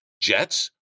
Jets